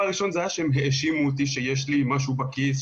הראשון היה שהם האשימו אותי שיש לי משהו בכיס,